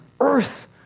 earth